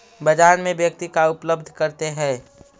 बाजार में व्यक्ति का उपलब्ध करते हैं?